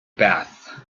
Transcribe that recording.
bath